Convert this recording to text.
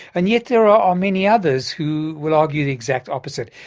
and yet there are many others who will argue the exact opposite.